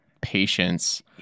patience